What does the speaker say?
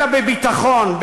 אלא בביטחון,